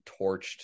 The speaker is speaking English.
torched